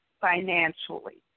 financially